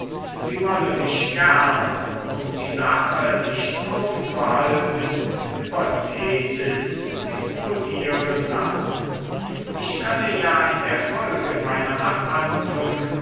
sie wolle mich gern um die sache nicht aufzuhalten über theses disputieren lassen ich könne ja in der folge meine abhandlung